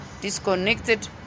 disconnected